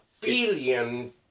billion